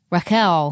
Raquel